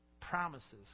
Promises